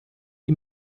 die